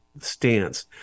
stance